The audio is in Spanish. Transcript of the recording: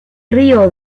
río